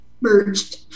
merged